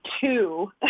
two